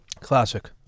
Classic